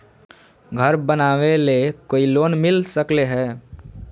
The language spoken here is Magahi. घर बनावे ले कोई लोनमिल सकले है?